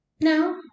No